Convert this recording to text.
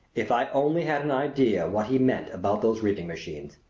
if i only had an idea what he meant about those reaping machines!